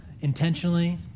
intentionally